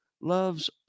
loves